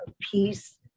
peace